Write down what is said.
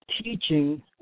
teaching